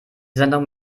sendung